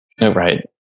Right